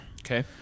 Okay